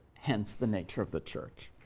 hence the nature of the church.